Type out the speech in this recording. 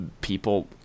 people